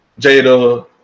Jada